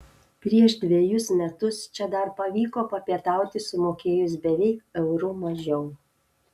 prieš dvejus metus čia dar pavyko papietauti sumokėjus beveik euru mažiau